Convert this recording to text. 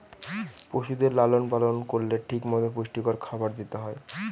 পশুদের লালন পালন করলে ঠিক মতো পুষ্টিকর খাবার দিতে হয়